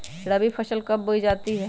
रबी की फसल कब बोई जाती है?